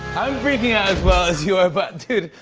i'm freaking out, as well as you are, but, dude,